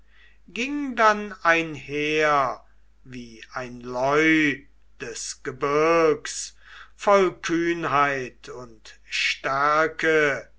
ging dann einher wie ein leu des gebirgs voll kühnheit und stärke